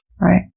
Right